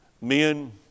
Men